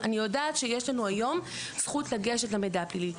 אני יודעת שיש לנו היום זכות לגשת למידע הפלילי,